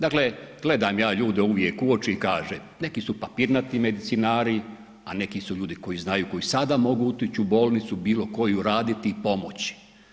Dakle, gledam ja ljude uvijek u oči i kažem, neki su papirnati medicinari, a neki su ljudi koji znaju, koji sada mogu otići u bolnicu bilo koju raditi i pomoći.